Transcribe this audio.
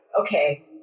okay